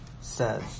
says